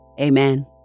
Amen